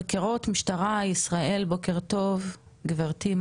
חקירות משטרת ישראל, בוקר טוב גברתי.